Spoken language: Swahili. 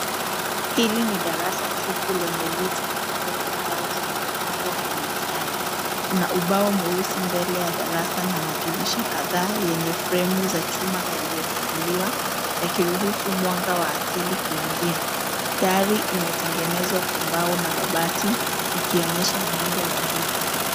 Hili ni darasa tupu lenye viti na meza za mbao zilizopangwa kwa mistari. Kuna ubao mweusi mbele ya darasa na madirisha kadhaa yenye fremu za chuma yaliyofunguliwa; yakiruhusu mwanga wa asili kuingia. Dari imetengenezwa kwa mbao na mabati, ikionyesha muundo rahisi.